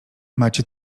macie